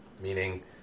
Meaning